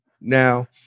now